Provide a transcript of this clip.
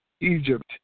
Egypt